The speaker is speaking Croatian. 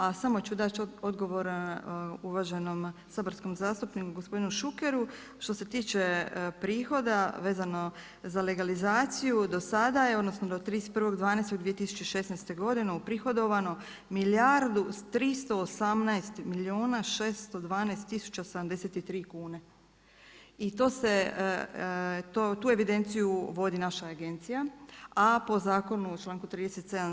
A samo ću dati odgovor uvaženom saborskom zastupniku gospodinu Šukeru, što se tiče prihoda vezano za legalizaciju do sada je odnosno do 31.12.2016. godine uprihodovano milijardu 318 milijuna 612 tisuća 73 kune i tu evidenciju vodi naša agencija, a po zakonu u članku 37.